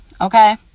Okay